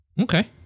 Okay